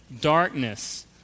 darkness